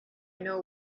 know